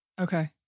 Okay